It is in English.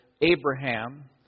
Abraham